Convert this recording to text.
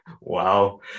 Wow